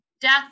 death